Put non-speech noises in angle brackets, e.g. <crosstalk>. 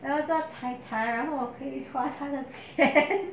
我要做太大然后可以花他的钱 <laughs>